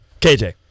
KJ